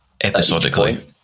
episodically